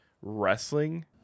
wrestling